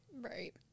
right